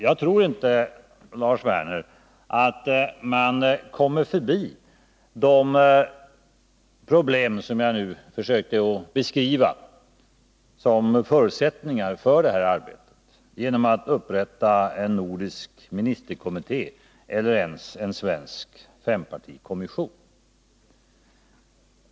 Ja, Lars Werner, jag tror inte att man kommer förbi de problem som jag nu försökte beskriva genom att upprätta en nordisk ministerkommitté eller ens en svensk fempartikommisson.